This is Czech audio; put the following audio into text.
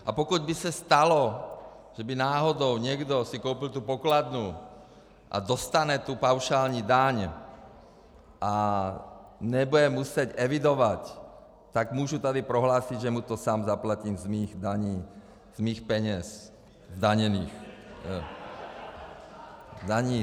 A pokud by se stalo, že by náhodou někdo si koupil tu pokladnu a dostane tu paušální daň a nebude muset evidovat, tak můžu tady prohlásit, že mu to sám zaplatím z mých daní , z mých peněz zdaněných daní.